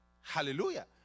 Hallelujah